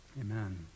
amen